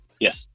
Yes